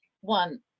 one